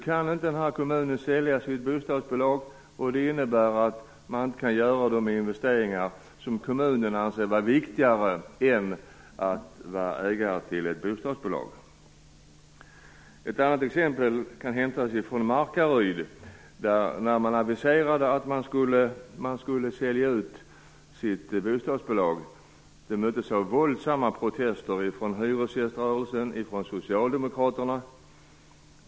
Kommunen kan nu inte sälja sitt bostadsbolag, och det innebär att man inte kan göra de investeringar som kommunen anser vara viktigare än behållandet av ett bostadsbolag. Ett annat exempel kan hämtas från Markaryd. När man aviserade att man skulle sälja ut sitt bostadsbolag möttes detta av våldsamma protester från hyresgäströrelsen och från socialdemokraterna.